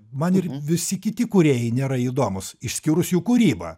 man ir visi kiti kūrėjai nėra įdomūs išskyrus jų kūrybą